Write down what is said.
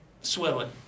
Swelling